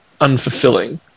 unfulfilling